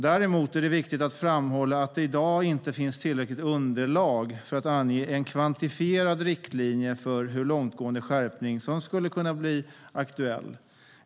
Däremot är det viktigt att framhålla att det i dag inte finns tillräckligt underlag för att ange en kvantifierad riktlinje för hur långtgående skärpning som skulle kunna bli aktuell.